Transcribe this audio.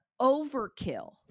overkill